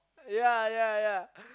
yea yea yea